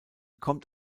kommt